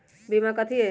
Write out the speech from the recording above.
बीमा कथी है?